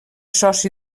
soci